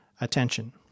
attention